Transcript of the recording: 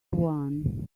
one